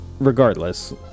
Regardless